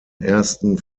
ersten